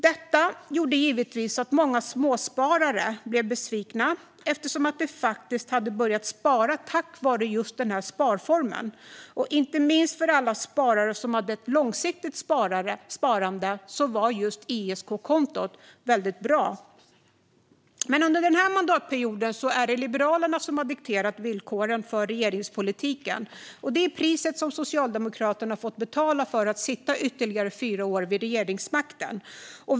Detta gjorde givetvis att många småsparare blev besvikna, eftersom de faktiskt hade börjat spara tack vare just den här sparformen. Inte minst för alla sparare som hade ett långsiktigt sparande var just ISK väldigt bra. Men under den här mandatperioden är det Liberalerna som har dikterat villkoren för regeringspolitiken. Det är priset som Socialdemokraterna fått betala för att sitta ytterligare fyra år vid regeringsmakten.